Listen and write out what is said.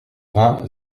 vingt